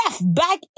back